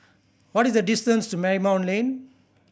what is the distance to Marymount Lane